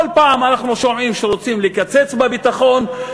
כל פעם אנחנו שומעים שרוצים לקצץ בביטחון,